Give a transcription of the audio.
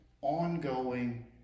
ongoing